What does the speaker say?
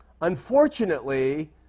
Unfortunately